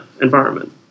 environment